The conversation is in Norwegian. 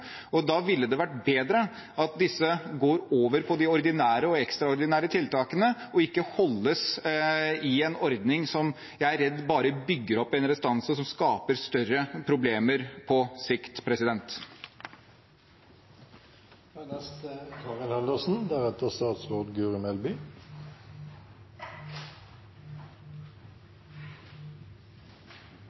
Da ville det vært bedre at disse går over på de ordinære og ekstraordinære tiltakene og ikke holdes i en ordning som jeg er redd bare bygger opp en restanse som skaper større problemer på sikt.